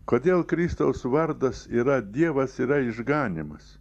kodėl kristaus vardas yra dievas yra išganymas